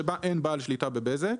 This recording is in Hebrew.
שבה אין בעל שליטה בבזק.